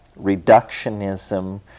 reductionism